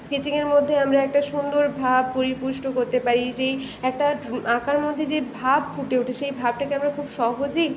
স্কেচিংয়ের মধ্যে আমরা একটা সুন্দর ভাব পরিপুষ্ট করতে পারি যেই একটা ট্ আঁকার মধ্যে যে ভাব ফুটে উঠে সেই ভাবটাকে আমরা খুব সহজেই